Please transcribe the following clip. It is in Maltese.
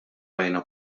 rajna